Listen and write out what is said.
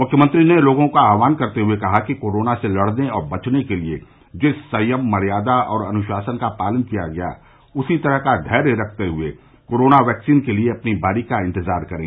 मुख्यमंत्री ने लोगों का आह्वान करते हुए कहा कि कोरोना से लड़ने और बचने के लिए जिस संयम मर्यादा और अनुशासन का पालन किया गया उसी तरह का धैर्य रखते हुए कोरोना वैक्सीन के लिए अपनी बारी का इंतजार करें